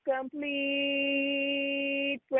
complete